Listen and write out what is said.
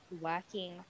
working